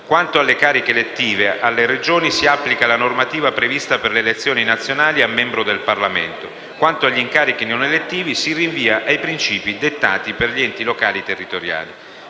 Quanto alle cariche elettive, alle Regioni si applica la normativa prevista per le elezioni nazionali a membro del Parlamento. Quanto agli incarichi non elettivi, si rinvia invece ai principi dettati per gli enti locali territoriali.